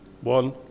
One